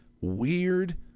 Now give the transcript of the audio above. weird